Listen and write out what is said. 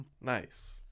Nice